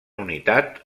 unitat